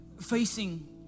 facing